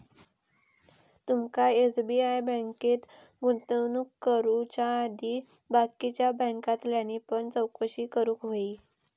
तुमका एस.बी.आय बँकेत गुंतवणूक करुच्या आधी बाकीच्या बॅन्कांतल्यानी पण चौकशी करूक व्हयी